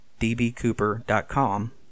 dbcooper.com